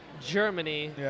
Germany